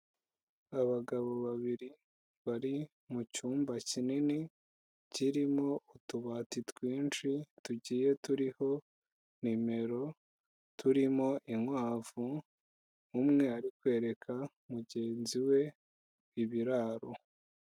Abagabo babiri bari mu cyumba kinini, kirimo utubati twinshi tugiye turiho nimero, turimo inkwavu, umwe ari kwereka mugenzi we ibiraro.